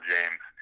James